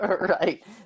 Right